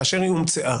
כאשר היא הומצאה,